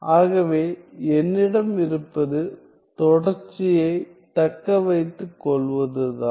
ஆகவே என்னிடம் இருப்பது தொடர்ச்சியைத் தக்கவைத்துக்கொள்வதுதான்